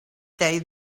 day